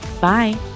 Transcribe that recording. Bye